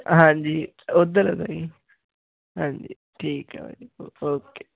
ਹਾਂਜੀ ਉੱਧਰ ਤਾਂ ਜੀ ਹਾਂਜੀ ਠੀਕ ਹੈ ਬਾਈ ਜੀ ਓ ਓਕੇ